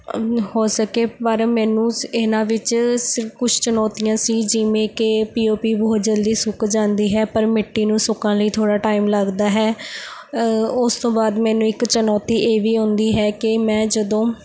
ਹੋ ਸਕੇ ਪਰ ਮੈਨੂੰ ਇਹਨਾਂ ਵਿੱਚ ਸ ਕੁਝ ਚੁਣੌਤੀਆਂ ਸੀ ਜਿਵੇਂ ਕਿ ਪੀ ਓ ਪੀ ਬਹੁਤ ਜਲਦੀ ਸੁੱਕ ਜਾਂਦੀ ਹੈ ਪਰ ਮਿੱਟੀ ਨੂੰ ਸੁੱਕਣ ਲਈ ਥੋੜ੍ਹਾ ਟਾਈਮ ਲੱਗਦਾ ਹੈ ਉਸ ਤੋਂ ਬਾਅਦ ਮੈਨੂੰ ਇੱਕ ਚੁਨੌਤੀ ਇਹ ਵੀ ਆਉਂਦੀ ਹੈ ਕਿ ਮੈਂ ਜਦੋਂ